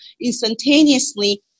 instantaneously